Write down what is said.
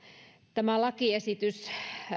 tämä lakiesitys